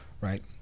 right